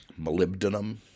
molybdenum